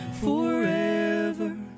Forever